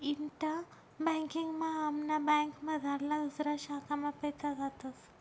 इंटा banking मा आमना बँकमझारला दुसऱा शाखा मा पैसा जातस